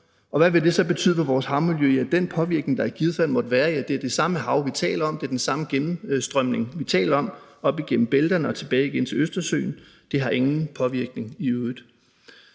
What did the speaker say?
og hvad vil det så betyde for vores havmiljø? Ja, den påvirkning, der i givet fald måtte være – og det er det samme hav, vi taler om, det er den samme gennemstrømning, vi taler om, op igennem bælterne og tilbage igen til Østersøen – er ingenting. Derfor